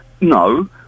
No